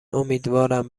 امیدوارم